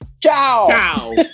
Ciao